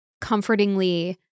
comfortingly